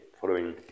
following